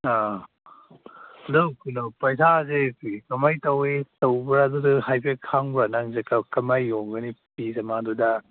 ꯑꯥ ꯑꯗꯨ ꯀꯩꯅꯣ ꯄꯩꯁꯥꯁꯦ ꯀꯃꯥꯏꯅ ꯇꯧꯏ ꯇꯧꯕ꯭ꯔ ꯑꯗꯨꯗꯨ ꯍꯥꯏꯐꯦꯠ ꯈꯪꯕ꯭ꯔ ꯅꯪꯁꯦ ꯀꯃꯥꯏꯅ ꯌꯣꯟꯒꯅꯤ ꯐꯤꯁꯦ ꯃꯗꯨꯗ